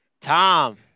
Tom